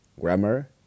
grammar